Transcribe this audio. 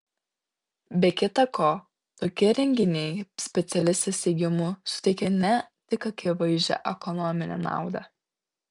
be kita ko tokie renginiai specialistės teigimu suteikia ne tik akivaizdžią ekonominę naudą